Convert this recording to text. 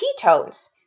ketones